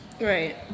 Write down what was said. Right